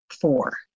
four